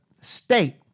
state